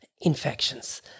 infections